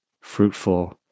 fruitful